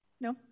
No